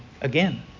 again